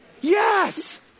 Yes